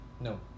No